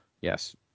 Yes